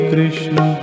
Krishna